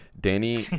Danny